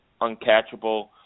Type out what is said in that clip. uncatchable